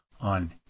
on